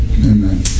Amen